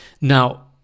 Now